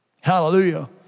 Hallelujah